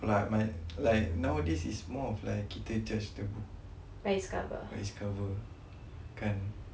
like my like nowadays it's more of kita judge the book by its cover kan